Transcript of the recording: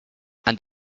and